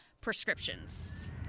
prescriptions